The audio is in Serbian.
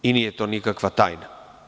Nije to nikakva tajna.